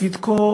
לתפקיד כה